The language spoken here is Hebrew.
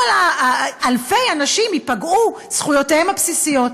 אלפי אנשים, ייפגעו זכויותיהם הבסיסיות.